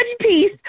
peace